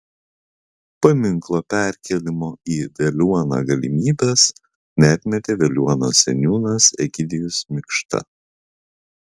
paminklo perkėlimo į veliuoną galimybės neatmetė veliuonos seniūnas egidijus mikšta